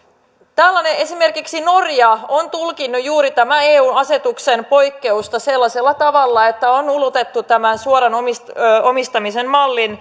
esimerkiksi norja on tulkinnut juuri tätä eu asetuksen poikkeusta sellaisella tavalla että on ulotettu tämä suoran omistamisen